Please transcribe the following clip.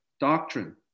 Doctrine